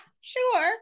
sure